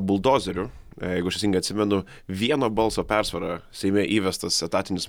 buldozeriu jeigu aš teisingai atsimenu vieno balso persvara seime įvestas etatinis